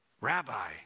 Rabbi